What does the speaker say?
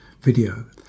video